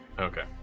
Okay